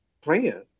prayer